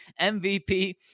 MVP